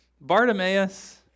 Bartimaeus